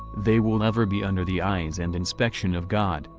they will ever be under the eyes and inspection of god,